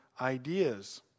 ideas